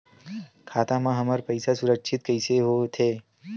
खाता मा हमर पईसा सुरक्षित कइसे हो थे?